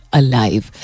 alive